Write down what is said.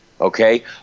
okay